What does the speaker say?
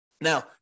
Now